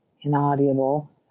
inaudible